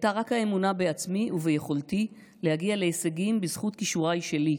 הייתה רק האמונה בעצמי וביכולתי להגיע להישגים בזכות כישוריי שלי.